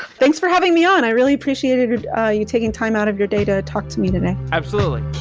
thanks for having me on, i really appreciated you taking time out of your day to talk to me today absolutely